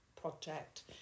project